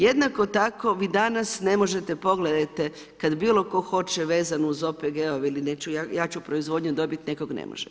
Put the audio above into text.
Jednako tako vi danas ne možete pogledajte kada bilo tko hoće vezano uz OPG-ove ili … ja ću proizvodnju dobiti nikog ne može.